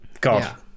god